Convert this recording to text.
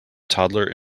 toddler